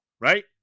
Right